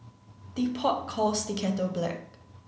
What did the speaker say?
the pot calls the kettle black